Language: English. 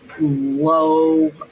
low